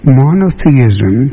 monotheism